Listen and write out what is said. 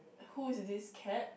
who is this cat